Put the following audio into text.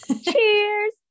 Cheers